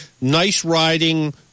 nice-riding